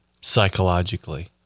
psychologically